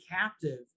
captive